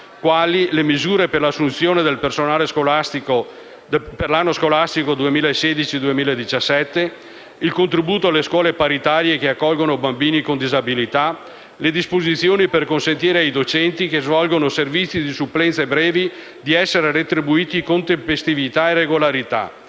quali le misure per l'assunzione del personale per l'anno scolastico 2016-2017, il contributo alle scuole paritarie che accolgono bambini con disabilità, le disposizioni per consentire ai docenti che svolgono servizi di supplenze brevi di essere retribuiti con tempestività e regolarità,